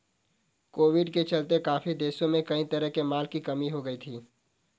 Covid के चलते काफी देशों में कई तरह के माल की कमी हो गई थी